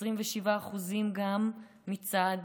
27% גם מצד